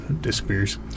disappears